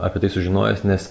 apie tai sužinojęs nes